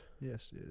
Yes